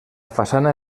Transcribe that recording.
façana